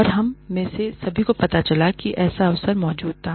और हम में से सभी को पता चला कि ऐसा अवसर मौजूद था